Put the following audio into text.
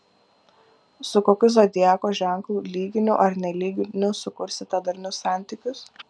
su kokiu zodiako ženklu lyginiu ar nelyginiu sukursite darnius santykius